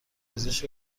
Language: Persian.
ریزش